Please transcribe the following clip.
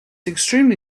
extremely